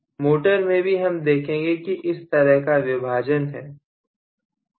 motor में भी हम देखेंगे कि इस तरह का विभाजन है